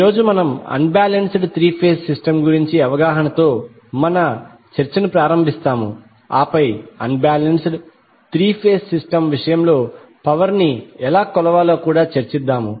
ఈ రోజు మనం unbalanced three phase system గురించి అవగాహనతో మన చర్చను ప్రారంభిస్తాము ఆపై unbalanced three phase system విషయంలో పవర్ ని ఎలా కొలవాలో కూడా చర్చిస్తాము